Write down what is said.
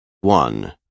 One